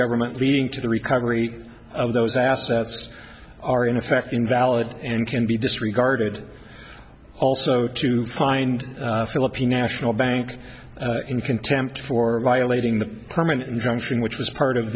government leading to the recovery of those assets are in effect invalid and can be disregarded also to find philippine national bank in contempt for violating the permanent injunction which was part of